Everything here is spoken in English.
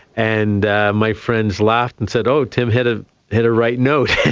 and my friends laughed and said, oh, tim hit ah hit a right note!